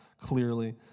clearly